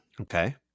Okay